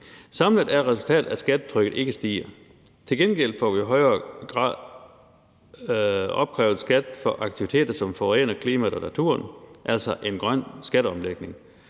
Samlet set er resultatet, at skattetrykket ikke stiger. Til gengæld får vi i højere grad opkrævet skat for aktiviteter, som forurener klimaet og naturen, altså en grøn skatteomlægning,